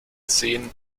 sehen